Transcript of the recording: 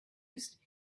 used